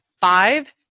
five